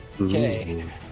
okay